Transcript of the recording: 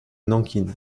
nankin